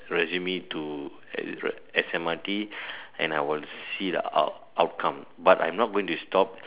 resume to S_M_R_T and I will see the out~ outcome but I'm not going to stop